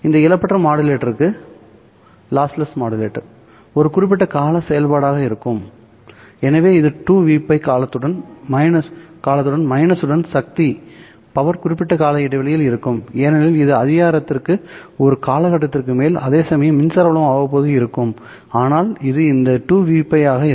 இந்த இழப்பற்ற மாடுலேட்டருக்கு இது ஒரு குறிப்பிட்ட கால செயல்பாடாக இருக்கும் எனவே இது 2Vπ காலத்துடன் மைனஸுடன் சக்தி குறிப்பிட்ட கால இடைவெளியில் இருக்கும் ஏனெனில் இது அதிகாரத்திற்கு ஒரு காலகட்டத்திற்கு மேல் அதேசமயம் மின்சார புலம் அவ்வப்போது இருக்கும் ஆனால் இது இந்த 2Vπ ஆக இருக்கும்